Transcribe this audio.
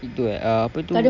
itu eh apa tu